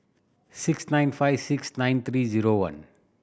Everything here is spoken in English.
six nine five six nine three zero one